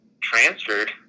transferred